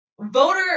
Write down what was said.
voter